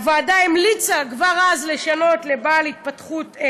הוועדה המליצה כבר אז לשנות לבעל התפתחות,